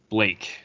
Blake